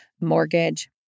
mortgage